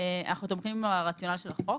תומכים ברציונל של החוק.